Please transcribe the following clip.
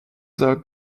their